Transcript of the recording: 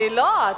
אני לא,